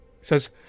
Says